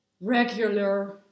regular